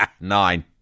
Nine